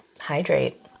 hydrate